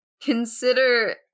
consider